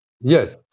Yes